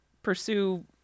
pursue